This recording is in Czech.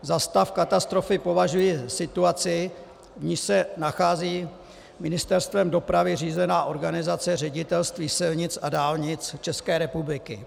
Za stav katastrofy považuji situaci, v níž se nachází Ministerstvem dopravy řízená organizace Ředitelství silnic a dálnic České republiky.